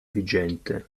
vigente